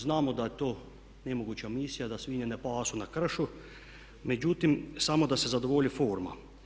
Znamo da je to nemoguća misija, da svinje ne pasu na kršu, međutim samo da se zadovolji forma.